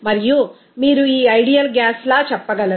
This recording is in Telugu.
మరియుమీరు ఈ ఐడియల్ గాస్ లా చెప్పగలరు